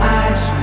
eyes